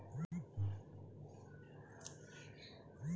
pass বই গুলাতে যা লেলদেল হচ্যে সেগুলা দ্যাখা যায়